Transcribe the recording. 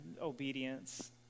obedience